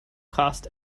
cost